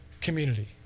community